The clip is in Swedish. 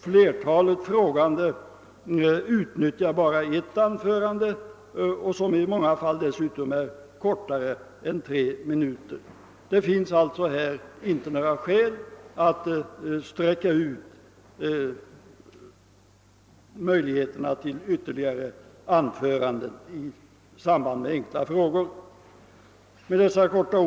Flertalet frågande utnyttjar bara ett anförande, och detta är dessutom i många fall kortare än tre minuter. Det finns alltså inga skäl att vidga möjligheterna till anföranden i samband med enkla frågor. Herr talman!